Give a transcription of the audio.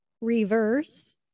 reverse